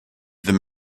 them